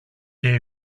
και